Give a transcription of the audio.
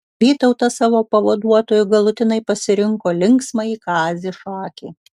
vytautas savo pavaduotoju galutinai pasirinko linksmąjį kazį šakį